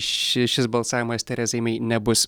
ši šis balsavimas terezai mei nebus